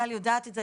גל יודעת את זה.